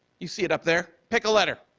you see it up there, pick a letter.